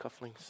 cufflinks